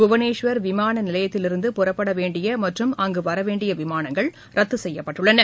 புவனேஸ்வர் விமானநிலையத்திலிருந்து புறப்படவேண்டியமற்றும் அங்குவரவேண்டியவிமானங்கள் ரத்துசெய்யப்பட்டுள்ளன